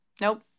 nope